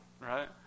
right